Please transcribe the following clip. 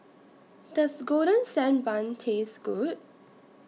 Does Golden Sand Bun Taste Good